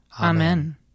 Amen